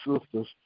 sisters